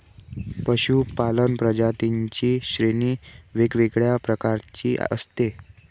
पशूपालन प्रजातींची श्रेणी वेगवेगळ्या प्रकारची असते